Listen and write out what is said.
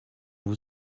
vous